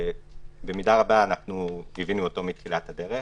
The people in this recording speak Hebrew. שבמידה רבה ליווינו אותו מתחילת הדרך.